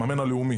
המאמן הלאומי,